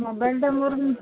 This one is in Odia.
ମୋବାଇଲ୍ଟା ମୋର